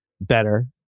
better